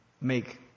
make